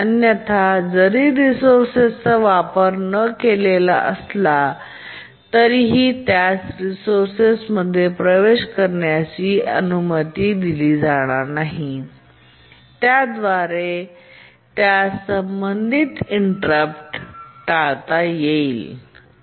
अन्यथा जरी रिसोर्सचा वापर न केलेला असला तरीही तरीही त्यास रिसोर्सत प्रवेश करण्यास अनुमती दिली जाणार नाही आणि त्याद्वारे त्यास संबंधित इंटेररप्ट टाळता येईल